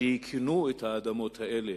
שיקנו את האדמות האלה,